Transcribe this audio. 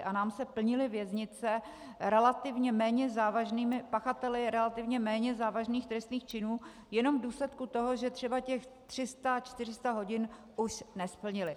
A nám se plnily věznice relativně méně závažnými pachateli relativně méně závažných trestných činů jenom v důsledku toho, že třeba těch 300400 hodin už nesplnili.